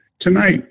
tonight